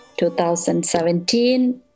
2017